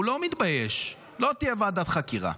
הוא לא מתבייש: לא תהיה ועדת חקירה.